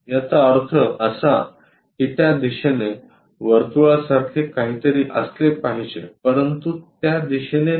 याचा अर्थ असा की त्या दिशेने वर्तुळासारखे काहीतरी असले पाहिजे परंतु त्यादिशेने नाही